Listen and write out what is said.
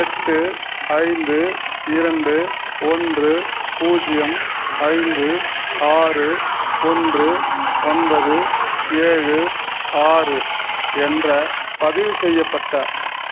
எட்டு ஐந்து இரண்டு ஒன்று பூஜ்ஜியம் ஐந்து ஆறு ஒன்று ஒன்பது ஏழு ஆறு என்ற பதிவுச் செய்யப்பட்ட